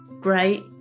great